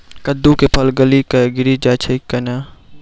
कददु के फल गली कऽ गिरी जाय छै कैने?